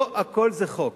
לא הכול זה חוק.